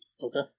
Okay